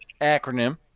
acronym